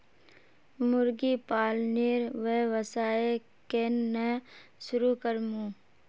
मुर्गी पालनेर व्यवसाय केन न शुरु करमु